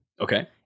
Okay